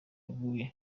yaguye